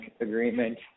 agreement